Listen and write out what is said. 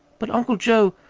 but, uncle joe,